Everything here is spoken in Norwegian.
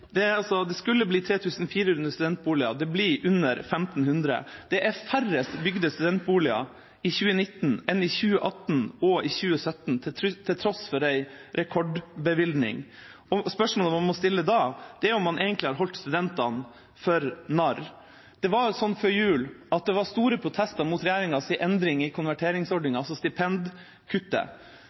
Det skulle bli 3 400 studentboliger. Det blir under 1 500. Det er færre bygde studentboliger i 2019 enn i 2018 og i 2017, til tross for en rekordbevilgning. Spørsmålet man må stille da, er om man egentlig har holdt studentene for narr. Før jul var det store protester mot regjeringas endring i konverteringsordningen, altså stipendkuttet.